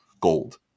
gold